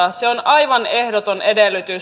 se on aivan ehdoton edellytys